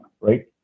Right